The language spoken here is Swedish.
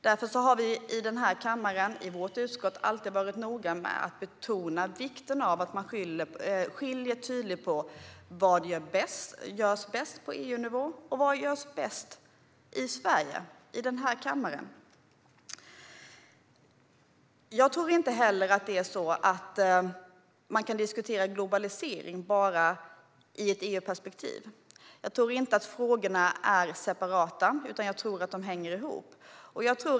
Därför har vi i den här kammaren och i vårt utskott alltid varit noga med att betona vikten av att tydligt skilja på vad som görs bäst på EU-nivå och vad som görs bäst i Sverige, i den här kammaren. Jag tror inte heller att man kan diskutera globalisering bara i ett EU-perspektiv. Frågorna är inte separata, utan de hänger ihop.